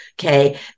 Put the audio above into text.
Okay